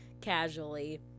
casually